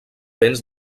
vents